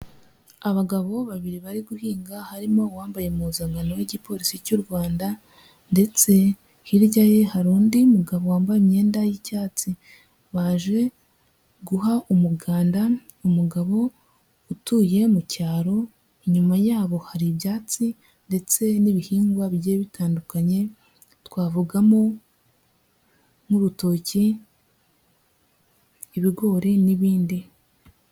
Abagabo babiri bari guhinga harimo uwambaye impuzankan y'igipolisi cy'u Rwanda, ndetse hirya ye hari undi mugabo wambaye imyenda y'icyatsi. Baje guha umuganda umugabo utuye mu cyaro, inyuma yabo hari ibyatsi ndetse n'ibihingwa bigiye bitandukanye twavugamo nk'urutoki, ibigori, n'ibindi.